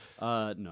No